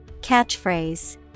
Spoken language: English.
Catchphrase